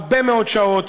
הרבה מאוד שעות,